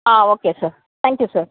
okay sir thank you sir